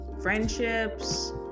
friendships